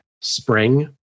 Spring